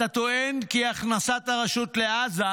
אתה טוען כי הכנסת הרשות לעזה